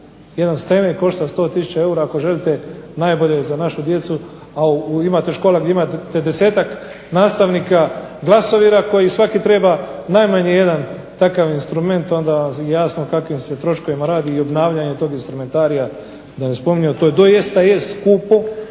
vrhunski on košta 100 tisuća eura ako želite najbolje za našu djecu, a imate škola gdje imate 50-tak nastavnika glasovira gdje svaki treba najmanje jedan takav instrument onda vam je jasno o kakvim se troškovima radi i obnavljanje tog instrumentarija to doista je skupo